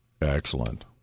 Excellent